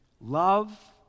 Love